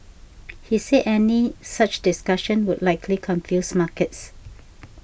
he said any such discussions would likely confuse markets